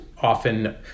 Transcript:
often